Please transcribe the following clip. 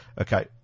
okay